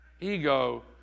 Ego